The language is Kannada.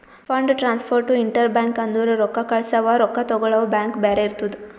fund transfer to inter bank ಅಂದುರ್ ರೊಕ್ಕಾ ಕಳ್ಸವಾ ರೊಕ್ಕಾ ತಗೊಳವ್ ಬ್ಯಾಂಕ್ ಬ್ಯಾರೆ ಇರ್ತುದ್